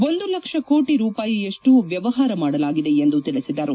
ಒಂದು ಲಕ್ಷ ಕೋಟಿ ರೂಪಾಯಿಯಷ್ನು ವ್ಯವಹಾರ ಮಾಡಲಾಗಿದೆ ಎಂದು ತಿಳಿಸಿದರು